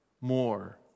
more